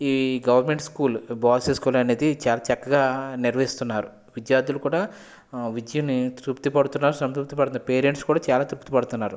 ఈ government school boys high school అనేది చాలా చక్కగా నిర్వహిస్తున్నారు విద్యార్థులు కూడా విద్యని తృప్తి పడుతున్నారు సంతృప్తి పడుతున్నారు పేరెంట్స్ కూడా చాలా తృప్తి పడుతున్నారు